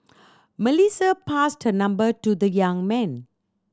Melissa passed her number to the young man